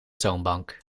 toonbank